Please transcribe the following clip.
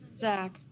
Zach